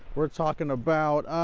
are talking about.